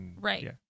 Right